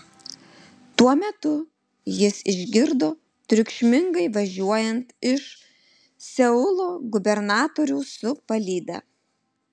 tuo metu jis išgirdo triukšmingai važiuojant iš seulo gubernatorių su palyda